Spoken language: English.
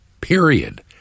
Period